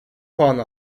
puan